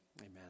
Amen